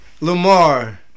Lamar